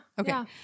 Okay